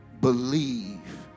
believe